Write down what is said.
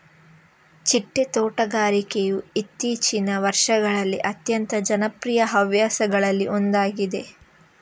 ಚಿಟ್ಟೆ ತೋಟಗಾರಿಕೆಯು ಇತ್ತೀಚಿಗಿನ ವರ್ಷಗಳಲ್ಲಿ ಅತ್ಯಂತ ಜನಪ್ರಿಯ ಹವ್ಯಾಸಗಳಲ್ಲಿ ಒಂದಾಗಿದೆ